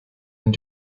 and